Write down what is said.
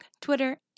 Twitter